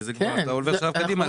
כי אתה כבר עובר שלב קדימה,